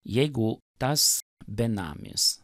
jeigu tas benamis